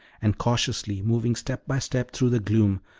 and cautiously moving step by step through the gloom,